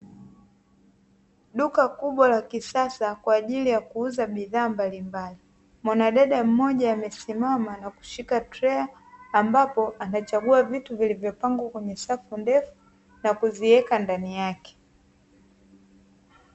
Duka kubwa la kisasa kwa ajili ya kuuza bidhaa mbalimbali mwanadada mmoja amesimama na kushika trei, ambapo anachagua vitu vilivyopangwa kwenye safu ndefu na kuziweka ndani yake.